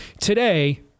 today